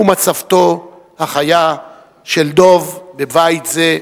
הוא מצבתו החיה של דב בבית זה.